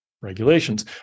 regulations